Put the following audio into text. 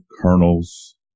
kernels